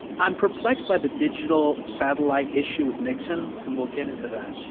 i'm perplexed by the digital, satellite issue with nixon, and we'll get into that.